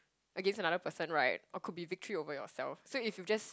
against another person right or could be victory over yourself so if you just